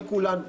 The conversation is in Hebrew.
אני כולנו,